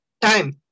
time